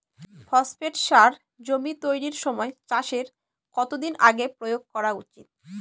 Phosphate সার জমি তৈরির সময় চাষের কত দিন আগে প্রয়োগ করা উচিৎ?